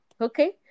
okay